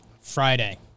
Friday